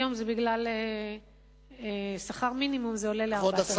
היום, בגלל שכר המינימום, זה עולה ל-4,000.